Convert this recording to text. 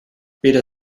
weder